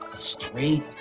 straight,